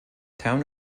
town